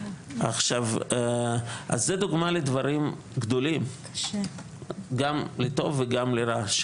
אז זו דוגמא לדברים גדולים, גם לטוב וגם לרע.